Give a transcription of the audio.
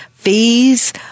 Fees